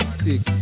six